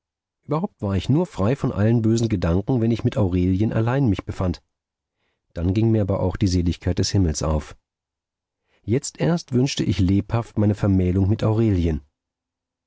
überhaupt war ich nur frei von allen bösen gedanken wenn ich mit aurelien allein mich befand dann ging mir aber auch die seligkeit des himmels auf jetzt erst wünschte ich lebhaft meine vermählung mit aurelien